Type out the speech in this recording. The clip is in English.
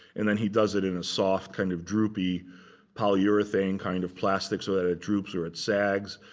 and then he does it in a soft kind of droopy polyurethane kind of plastic, so that it droops or it sags.